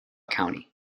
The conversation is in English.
county